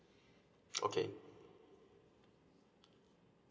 okay